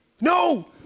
No